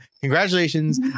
Congratulations